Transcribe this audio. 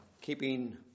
keeping